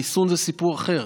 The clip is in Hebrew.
חיסון זה סיפור אחר.